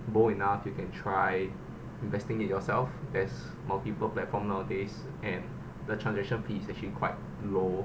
bold enough you can try investing it yourself there's multiple platform nowadays and the transaction fee is actually quite low